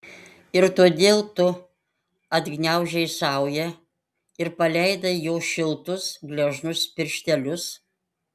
ir todėl tu atgniaužei saują ir paleidai jo šiltus gležnus pirštelius